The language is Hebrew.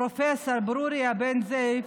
פרופס' ברוריה בן זאב,